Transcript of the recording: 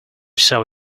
saw